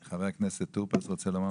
חבר הכנסת טור פז, אתה רוצה לומר משהו?